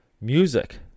music